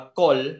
call